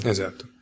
Esatto